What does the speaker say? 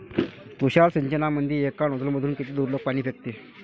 तुषार सिंचनमंदी एका नोजल मधून किती दुरलोक पाणी फेकते?